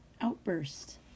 outburst